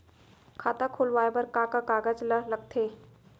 खाता खोलवाये बर का का कागज ल लगथे?